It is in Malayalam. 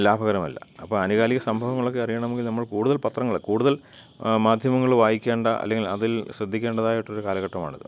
ലാഭകരമല്ല അപ്പം ആനുകാലിക സംഭവങ്ങളൊക്കെ അറിയണമെങ്കിൽ നമ്മൾ കൂടുതൽ പത്രങ്ങൾ കൂടുതൽ മാധ്യമങ്ങൾ വായിക്കേണ്ട അല്ലെങ്കിൽ അതിൽ ശ്രദ്ധിക്കേണ്ടതായിട്ടൊരു കാലഘട്ടമാണിത്